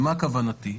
למה כוונתי?